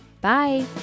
Bye